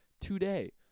today